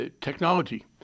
technology